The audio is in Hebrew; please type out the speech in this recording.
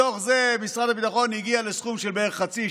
מתוך זה משרד הביטחון הגיע לסכום של בערך חצי,